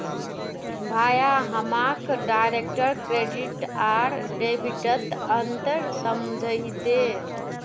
भाया हमाक direct credit आर डेबिटत अंतर समझइ दे